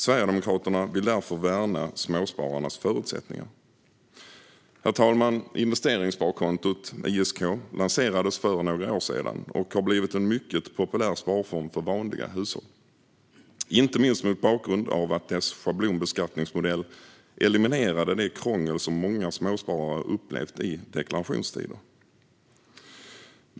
Sverigedemokraterna vill därför värna småspararnas förutsättningar. Herr talman! Investeringssparkontot, ISK, lanserades för några år sedan och har blivit en mycket populär sparform för vanliga hushåll, inte minst mot bakgrund av att dess schablonbeskattningsmodell eliminerade det krångel som många småsparare upplevt i deklarationstider.